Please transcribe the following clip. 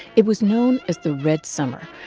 it was known as the red summer,